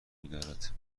میدارد